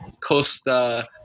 Costa